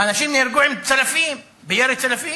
אנשים נהרגו מירי צלפים.